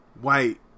white